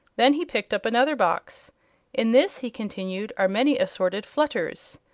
then he picked up another box in this, he continued, are many assorted flutters.